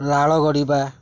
ଲାଳ ଗଡ଼ିବା